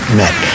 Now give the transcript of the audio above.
met